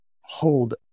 hold